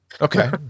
Okay